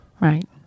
right